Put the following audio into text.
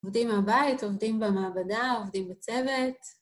עובדים מהבית, עובדים במעבדה, עובדים בצוות.